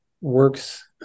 works